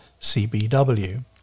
CBW